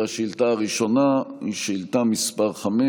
השאילתה הראשונה היא שאילתה מס' 5,